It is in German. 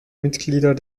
mitglieder